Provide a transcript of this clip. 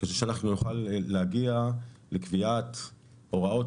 כדי שאנחנו להגיע לקביעת הוראות